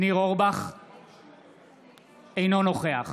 אינו נוכח